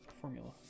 Formula